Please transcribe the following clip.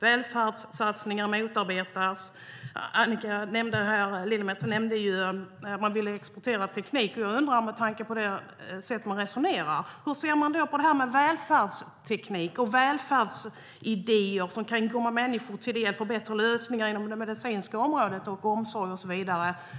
Välfärdssatsningar motarbetas. Annika Lillemets nämnde att man vill exportera teknik, och med tanke på hur man resonerar undrar jag hur man ser på det här med välfärdsteknik och välfärdsidéer som kan komma människor till del. Det kan ge bättre lösningar inom det medicinska området, inom omsorg och så vidare.